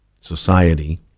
Society